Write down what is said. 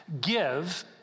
Give